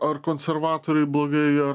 ar konservatoriai blogai ar